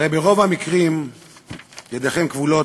הרי ברוב המקרים ידיכם כבולות.